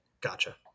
Gotcha